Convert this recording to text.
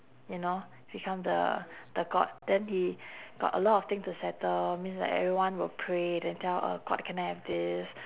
you know become the the god then he got a lot of thing to settle means like everyone will pray then tell a god can I have this